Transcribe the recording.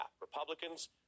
Republicans